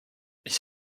ich